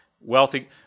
Wealthy